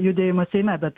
judėjimas seime bet